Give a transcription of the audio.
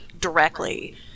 directly